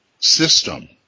system